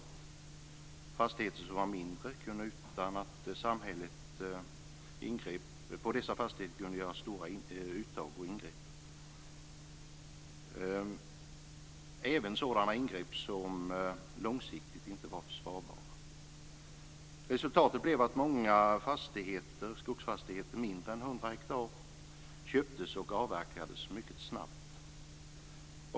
På fastigheter som var mindre kunde det göras stora uttag och ingrepp utan att samhället ingrep - även sådana ingrepp som långsiktigt inte var försvarbara. Resultatet blev att många skogsfastigheter som var mindre än 100 hektar köptes och avverkades mycket snabbt.